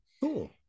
Cool